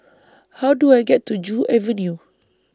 How Do I get to Joo Avenue